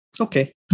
Okay